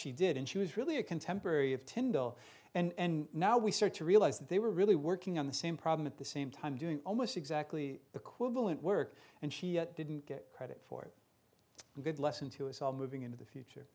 she did and she was really a contemporary of tyndall and now we start to realize that they were really working on the same problem at the same time doing almost exactly the quibble and work and she didn't get credit for a good lesson to us all moving into the future